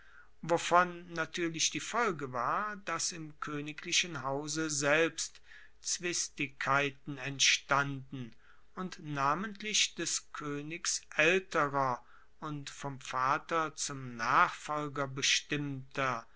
wovon natuerlich die folge war dass im koeniglichen hause selbst zwistigkeiten entstanden und namentlich des koenigs aelterer und vom vater zum nachfolger bestimmter